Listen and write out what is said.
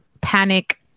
panic